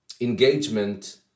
engagement